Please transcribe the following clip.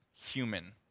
human